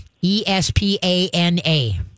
E-S-P-A-N-A